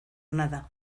nada